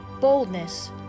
boldness